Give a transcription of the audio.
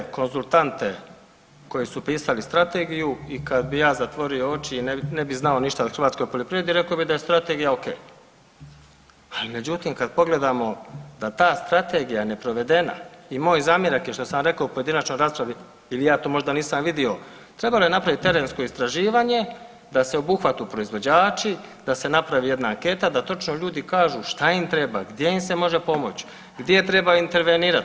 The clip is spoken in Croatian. Kad gledate konzultante koji su pisali strategiju i kad bi ja zatvorio oči i ne bi znao ništa o hrvatskoj poljoprivredi rekao bi da je strategija ok, ali međutim kad pogledamo da ta strategija neprovedena i moj zamjerak je što sam rekao u pojedinačnoj raspravu ili ja to možda nisam vidio trebali napraviti terensko istraživanje da se obuhvatu proizvođači, da se napravi jedna anketa da točno ljudi kažu šta im treba, gdje im se može pomoći, gdje treba intervenirati.